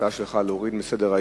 ההצעה שלך היא להוריד מסדר-היום.